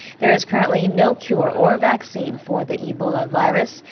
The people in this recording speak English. there is currently no cure or vaccine for the ebola virus,